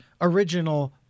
original